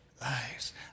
lives